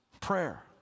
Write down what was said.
prayer